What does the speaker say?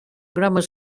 grammar